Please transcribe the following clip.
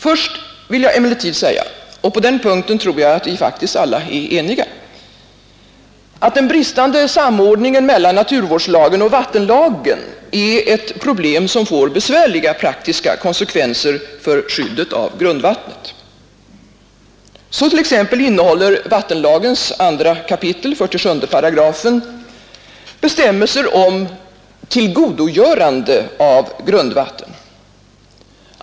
Först vill jag emellertid säga — på den punkten tror jag faktiskt att vi alla är eniga — att den bristande samordningen mellan naturvårdslagen och vattenlagen är någonting som får besvärliga praktiska konsekvenser för skyddet av grundvattnet. Så t.ex. innehåller vattenlagens 2 kap. 47 § bestämmelser om tillgodogörande av grundvatten.